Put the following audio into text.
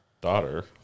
daughter